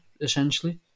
essentially